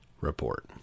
Report